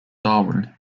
darwin